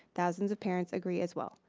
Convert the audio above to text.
thousands of parents agree as well.